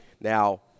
Now